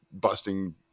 busting